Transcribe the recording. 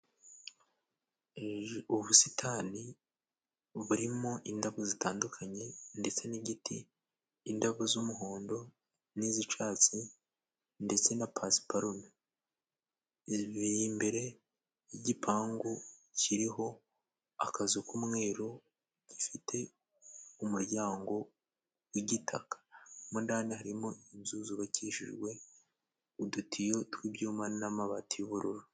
Ni ubusitani burimo indabo zitandukanye ndetse n'igiti. Indabo z'umuhondo n'iz'icatsi ndetse na pasiparumu biri imbere y'igipangu kiriho akazu k'umweru, gifite umuryango w'igitaka. Mo ndani harimo inzu zubakishijwe udutiyo tw'ibyuma n'amabati y'ubururu.